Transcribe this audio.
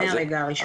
מהרגע הראשון.